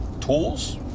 tools